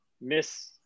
miss